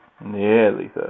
Nearly